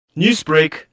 Newsbreak